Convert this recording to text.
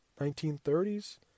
1930s